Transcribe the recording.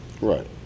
Right